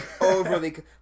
overly